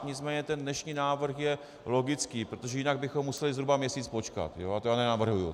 Nicméně ten dnešní návrh je logický, protože jinak bychom museli zhruba měsíc počkat a to nenavrhuji.